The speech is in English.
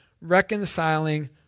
reconciling